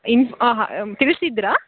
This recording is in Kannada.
ಇನ್ಫ್ ಹಾಂ ಹಾಂ ತಿಳಿಸಿದ್ದಿರಾ